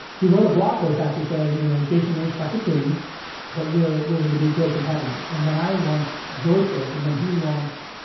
he wrote a blog post actually saying, you know jason really stuck it to me but we're we're going to be great competitors. and i launched joystick and then he launched